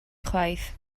chwaith